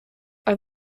are